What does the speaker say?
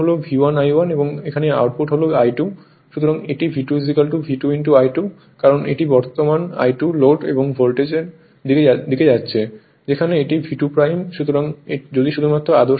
সুতরাং এটি V2 V2 I2 কারণ এটি বর্তমান I2 লোড এবং ভোল্টেজের দিকে যাচ্ছে যেখানে এটি V2 সুতরাং যদি শুধুমাত্র আদর্শ ক্ষেত্রে হয়